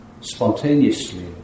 spontaneously